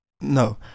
No